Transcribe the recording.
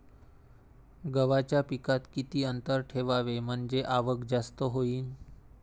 गव्हाच्या पिकात किती अंतर ठेवाव म्हनजे आवक जास्त होईन?